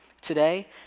today